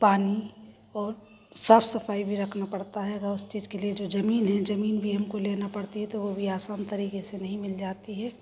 पानी और साफ सफाई भी रखना पड़ता है और उस चीज के लिए जो जमीन है जमीन भी हमको लेना पड़ती है तो वह भी आसान तरीके से नहीं मिल जाती है